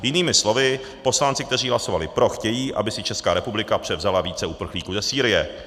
Jinými slovy, poslanci, kteří hlasovali pro, chtějí, aby si Česká republika převzala více uprchlíků ze Sýrie.